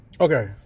Okay